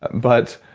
but,